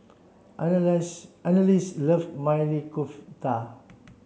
Annalise love Maili Kofta